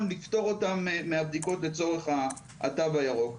לפטור אותם מהבדיקות לצורך התו הירוק.